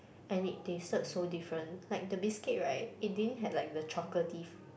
and it tasted so different like the biscuit right it didn't had like the chocolatey